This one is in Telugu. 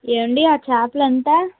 ఏమండి ఆ చేపలు ఎంత